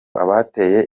abateye